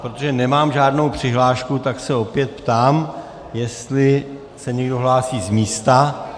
Protože nemám žádnou přihlášku, tak se opět ptám, jestli se někdo hlásí z místa.